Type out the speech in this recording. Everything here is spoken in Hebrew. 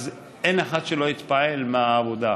אין אחד שלא התפעל, מהעבודה.